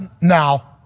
Now